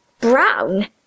Brown